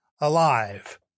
Alive